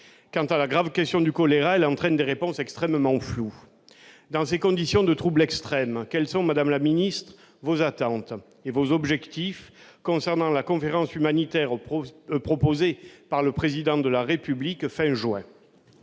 à la grave question du choléra, elles sont extrêmement floues. Dans ces conditions de trouble extrême, quels sont, madame la ministre, vos attentes et vos objectifs en ce qui concerne la conférence humanitaire proposée par le Président de la République pour